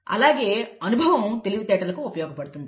అలాగే అనుభవం తెలివి తేటలకు ఉపయోగపడుతుంది